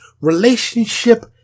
Relationship